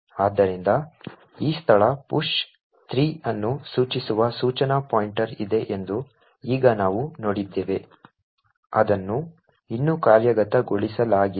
ಆದ್ದರಿಂದ ಈ ಸ್ಥಳ push 03 ಅನ್ನು ಸೂಚಿಸುವ ಸೂಚನಾ ಪಾಯಿಂಟರ್ ಇದೆ ಎಂದು ಈಗ ನಾವು ನೋಡಿದ್ದೇವೆ ಅದನ್ನು ಇನ್ನೂ ಕಾರ್ಯಗತಗೊಳಿಸಲಾಗಿಲ್ಲ